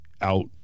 out